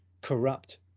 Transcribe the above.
corrupt